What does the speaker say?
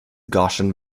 goshen